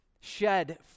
shed